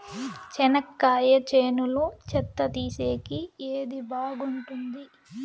చెనక్కాయ చేనులో చెత్త తీసేకి ఏది బాగుంటుంది?